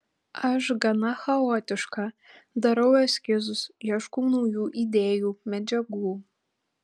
aš gana chaotiška darau eskizus ieškau naujų idėjų medžiagų